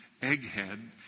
egghead